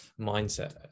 mindset